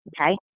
okay